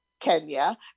Kenya